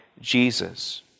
Jesus